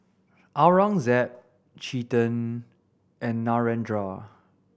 Aurangzeb Chetan and Narendra